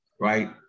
right